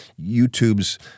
YouTube's